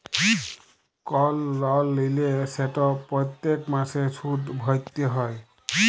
call লল লিলে সেট প্যত্তেক মাসে সুদ ভ্যইরতে হ্যয়